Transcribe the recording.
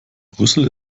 brüssel